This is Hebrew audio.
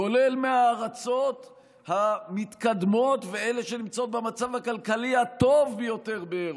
כולל מהארצות המתקדמות ומאלה שנמצאות במצב הכלכלי הטוב ביותר באירופה,